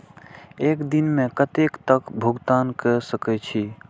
एक दिन में कतेक तक भुगतान कै सके छी